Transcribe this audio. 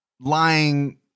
lying